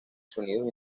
sonidos